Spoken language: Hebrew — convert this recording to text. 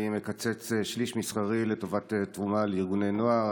מקצץ שליש משכרי לטובת תרומה לארגוני נוער.